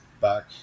back